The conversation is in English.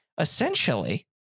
essentially